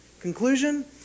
Conclusion